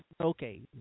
Okay